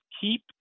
keep